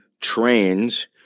trains